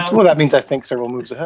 well, that means, i think several moves. ah